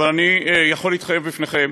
אבל אני יכול להתחייב בפניכם,